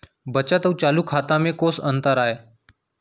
बचत अऊ चालू खाता में कोस अंतर आय?